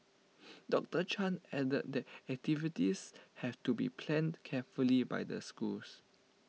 doctor chan added that activities have to be planned carefully by the schools